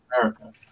America